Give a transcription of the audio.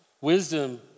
Wisdom